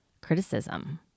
criticism